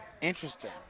Interesting